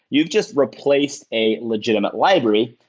you've just replaced a legitimate library.